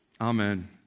Amen